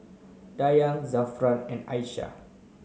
Dayang Zafran and Aisyah